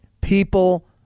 people